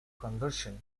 conversion